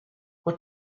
what